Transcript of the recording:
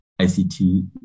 ICT